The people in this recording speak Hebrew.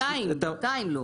עדיין לא.